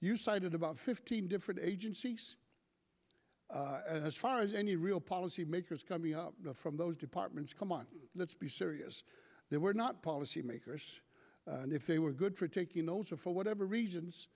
you cited about fifteen different agencies as far as any real policy makers coming up from those departments come on let's be serious they were not policy makers and if they were good for taking notes or for whatever